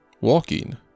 Walking